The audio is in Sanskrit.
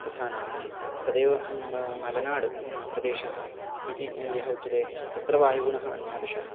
तथा नास्ति तदेव ब मलनाड्प्रदेशः इति यः उच्यते तत्र वायुगुणः अन्यादशः